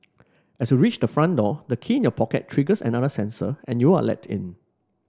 as you reach the front door the key in your pocket triggers another sensor and you are let in